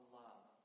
love